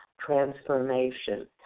transformation